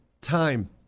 Time